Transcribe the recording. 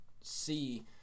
see